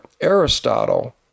Aristotle